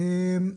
גבי.